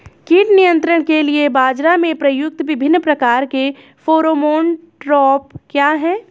कीट नियंत्रण के लिए बाजरा में प्रयुक्त विभिन्न प्रकार के फेरोमोन ट्रैप क्या है?